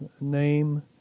name